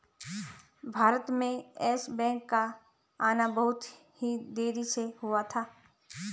भारत में Yes Bank का आना बहुत ही देरी से हुआ था